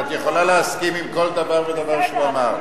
את יכולה להסכים עם כל דבר ודבר שהוא אמר.